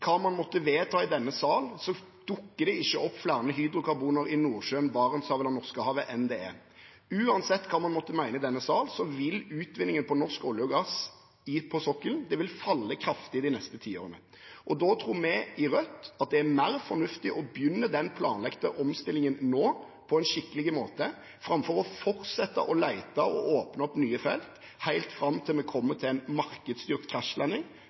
hva man måtte vedta i denne salen, dukker det ikke opp flere hydrokarboner i Nordsjøen, Barentshavet eller Norskehavet enn det som er der. Uansett hva man måtte mene i denne salen, vil utvinningen av norsk olje og gass på sokkelen falle kraftig de neste tiårene. Da tror vi i Rødt at det er mer fornuftig å begynne den planlagte omstillingen nå, på en skikkelig måte, framfor å fortsette å lete og åpne opp nye felt helt fram til vi kommer til en markedsstyrt krasjlanding,